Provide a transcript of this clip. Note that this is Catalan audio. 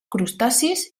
crustacis